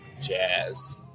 Jazz